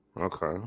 Okay